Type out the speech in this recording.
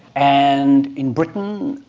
and in britain,